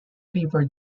river